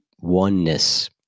oneness